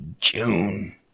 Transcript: June